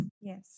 Yes